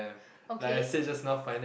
okay